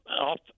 off